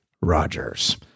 Rogers